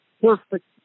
perfect